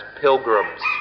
pilgrims